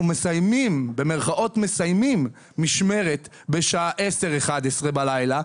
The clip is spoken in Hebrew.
אנחנו "מסיימים" משמרת בשעה 22:00 23:00 בלילה,